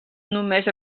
només